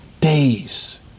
days